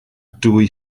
dwy